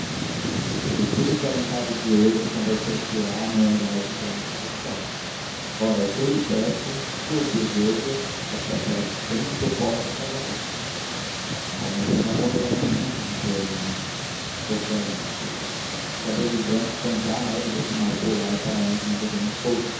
o suspiro desalentado de hoje converter se á num olhar de graças ao céu ora o que eu lhe peço o que eu desejo é que se apresse tanto que eu possa casá-los oh mas não vai morrer amanhã interrompeu helena estou velho minha filha estes cabelos brancos são já neve desse mar polar para onde navegamos todos